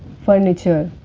furniture,